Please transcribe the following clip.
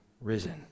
risen